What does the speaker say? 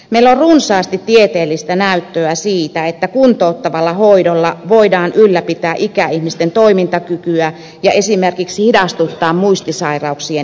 meillä on runsaasti tieteellistä näyttöä siitä että kuntouttavalla hoidolla voidaan ylläpitää ikäihmisten toimintakykyä ja esimerkiksi hidastuttaa muistisairauksien etenemistä